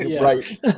Right